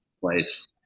place